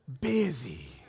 busy